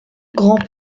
grand